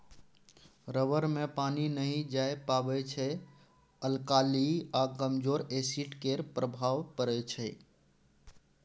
rubber मे पानि नहि जाए पाबै छै अल्काली आ कमजोर एसिड केर प्रभाव परै छै